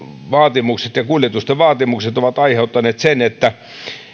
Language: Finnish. ja kuljetusten vaatimukset ovat aiheuttaneet sen että